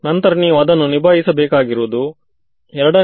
so ಇದರ ಬದಲಿಗೆ ಏನು ಮಾಡಬೇಕು